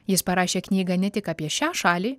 jis parašė knygą ne tik apie šią šalį